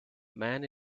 man